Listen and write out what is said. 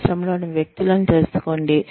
పరిశ్రమలోని వ్యక్తులను తెలుసుకోండి